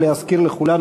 להזכיר לכולנו,